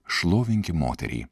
šlovinkim moterį